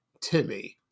Timmy